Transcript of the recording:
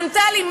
היא ענתה לי,